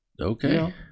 okay